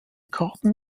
karten